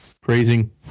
Praising